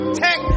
tech